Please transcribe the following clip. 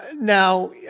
now